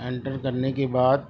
inter کرنے کے بعد